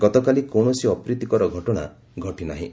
ଗତକାଲି କୌଣସି ଅପ୍ରୀତିକର ଘଟଣା ଘଟିନାହିଁ